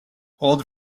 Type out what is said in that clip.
old